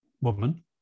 woman